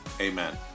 Amen